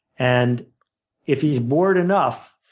and if he's bored enough,